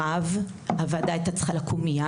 זהו משרד עם הרבה זכויות.